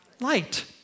light